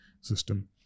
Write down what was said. system